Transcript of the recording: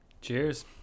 Cheers